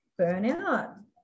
burnout